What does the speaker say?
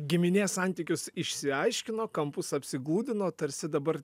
giminė santykius išsiaiškino kampus apsigludino tarsi dabar